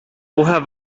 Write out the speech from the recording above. woher